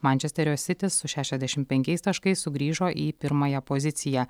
mančesterio sitis su šešiasdešimt penkiais taškais sugrįžo į pirmąją poziciją